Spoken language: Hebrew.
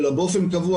אלא באופן קבוע,